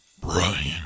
Brian